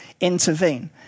intervene